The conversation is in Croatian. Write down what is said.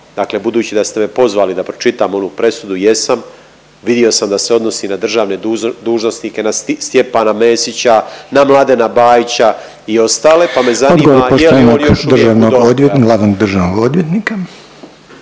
Dakle, budući da ste me pozvali da pročitam onu presudu jesam, vidio sam da se odnosi na državne dužnosnike, na Stjepana Mesića, na Mladena Bajića i ostale pa me zanima je li on još uvijek